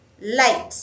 light